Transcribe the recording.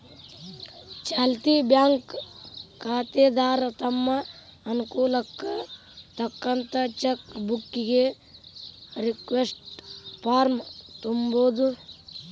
ಚಾಲ್ತಿ ಬ್ಯಾಂಕ್ ಖಾತೆದಾರ ತಮ್ ಅನುಕೂಲಕ್ಕ್ ತಕ್ಕಂತ ಚೆಕ್ ಬುಕ್ಕಿಗಿ ರಿಕ್ವೆಸ್ಟ್ ಫಾರ್ಮ್ನ ತುಂಬೋದು